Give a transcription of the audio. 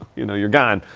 you know, you're gone.